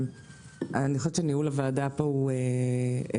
אני חושבת שניהול הוועדה כאן הוא לופת.